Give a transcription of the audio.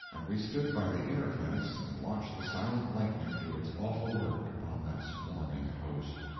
and we stood by the inner fence and watched the silent lightning do its awful work upon that swarming host.